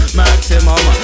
maximum